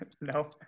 no